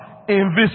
invisible